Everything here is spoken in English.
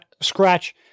scratch